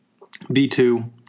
B2